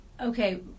Okay